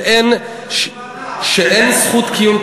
שאין זכות קיום,